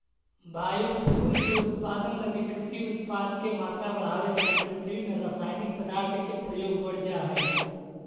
biofuel के उत्पादन लगी कृषि उत्पाद के मात्रा बढ़ावे से पृथ्वी में रसायनिक पदार्थ के प्रयोग बढ़ जा हई